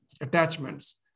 attachments